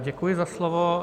Děkuji za slovo.